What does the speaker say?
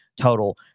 total